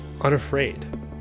unafraid